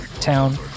town